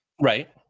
Right